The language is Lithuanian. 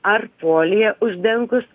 ar folija uždengus